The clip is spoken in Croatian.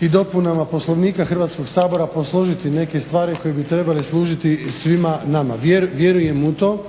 i dopunama Poslovnika Hrvatskog sabora posložiti neke stvari koje bi trebale služiti i svima nama. Vjerujem u to,